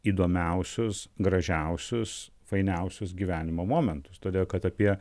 įdomiausius gražiausius fainiausius gyvenimo momentus todėl apie